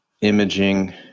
imaging